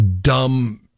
dumb